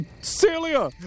Celia